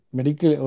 Medical